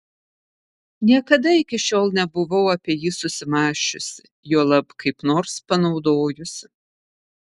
niekada iki šiol nebuvau apie jį susimąsčiusi juolab kaip nors panaudojusi